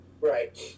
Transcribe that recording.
Right